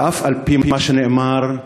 ולמרות מה שנאמר,